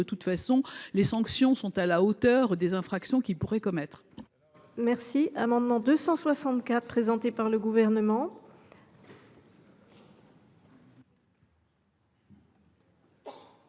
état de cause, les sanctions sont à la hauteur des infractions qu’elles pourraient commettre. L’amendement n° 264, présenté par le Gouvernement,